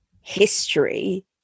history